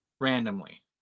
randomly